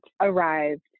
arrived